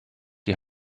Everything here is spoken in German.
die